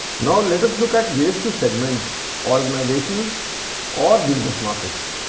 now, let us look at ways to segment organizational or business markets.